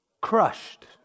crushed